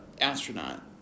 astronaut